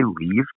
leave